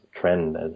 trend